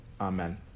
Amen